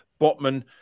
Botman